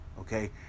okay